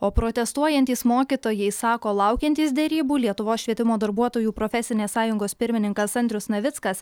o protestuojantys mokytojai sako laukiantys derybų lietuvos švietimo darbuotojų profesinės sąjungos pirmininkas andrius navickas